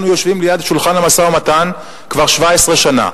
אנחנו יושבים ליד שולחן המשא-ומתן כבר 17 שנה,